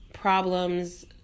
Problems